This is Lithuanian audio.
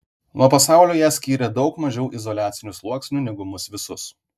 nuo pasaulio ją skyrė daug mažiau izoliacinių sluoksnių negu mus visus